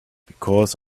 because